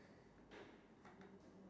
okay ask me a question